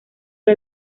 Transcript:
que